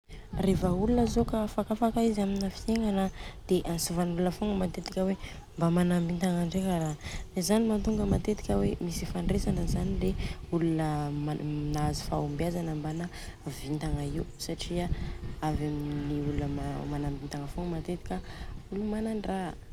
Reva olona zô ka afakafaka izy amina fiegnana de antsovan' olona fogna matetika hoe mba manambitagna ndreka ara. Zany mantonga matetika hoe misy ifandresana zany le olona nahazo fahombiazana ambana vitagna io satria avy amin'ny olona manambitagna fogna matetika olona manandraha.